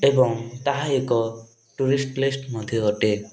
ଏବଂ ତାହା ଏକ ଟୁରିଷ୍ଟ ପ୍ଲେସ୍ ମଧ୍ୟ ଅଟେ